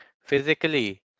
physically